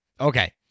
Okay